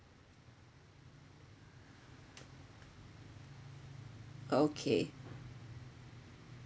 okay